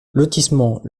lotissement